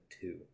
two